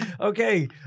okay